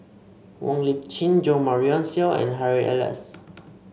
Wong Lip Chin Jo Marion Seow and Harry Elias